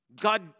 God